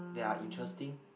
that are interesting